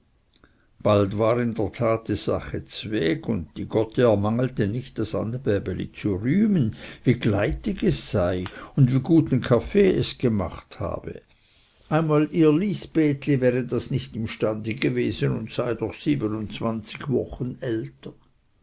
bald war in der tat die sache zweg und die gotte ermangelte nicht das annebäbeli zu rühmen wie gleitig es sei und wie guten kaffee es gemacht habe einmal ihr lisabethli wäre das nicht imstande gewesen und sei doch siebenundzwanzig wochen älter